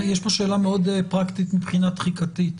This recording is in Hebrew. יש פה שאלה מאוד פרקטית, מבחינת תחיקתית,